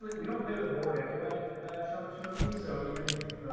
like we don't play with a board anyway shaman shinobi so even if